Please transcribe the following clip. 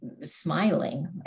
smiling